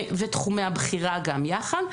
ותחומי הבחירה גם יחד,